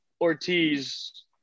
Ortiz